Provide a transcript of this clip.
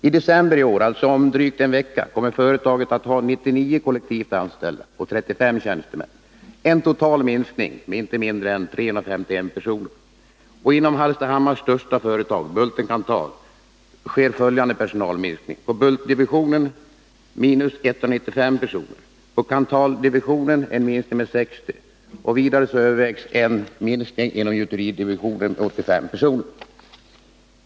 I december i år, alltså om drygt en vecka, kommer företaget att ha 99 kollektivanställda och 35 tjänstemän — en total minskning med inte mindre än 351 personer. Inom Hallstahammars största företag, Bulten-Kanthal AB, sker följande personalminskningar: bultdivisionen minskar med 195 personer och Kanthaldivisionen med 60 personer. Vidare övervägs en minskning inom gjutgodsdivisionen med 85 personer.